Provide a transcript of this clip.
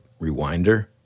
rewinder